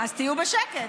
אז תהיו בשקט.